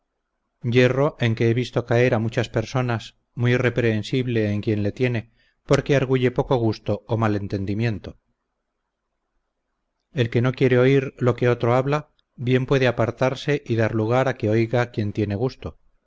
yerro en que he visto caer a muchas personas muy reprehensible en quien le tiene porque arguye poco gusto o mal entendimiento el que no quiere oír lo que otro habla bien puede apartarse y dar lugar a que oiga quien tiene gusto